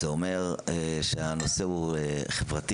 זה שאומר שהנושא הוא חברתי,